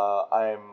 err I'm